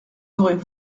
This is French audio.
auraient